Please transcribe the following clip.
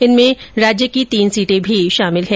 इनमें राज्य की तीन सीटें शामिल हैं